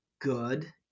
good